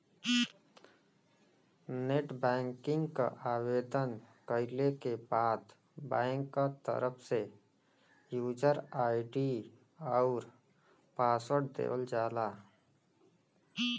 net banking क आवेदन कइले के बाद बैंक क तरफ से यूजर आई.डी आउर पासवर्ड देवल जाला